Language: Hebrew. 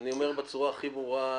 אני אומר בצורה הכי ברורה,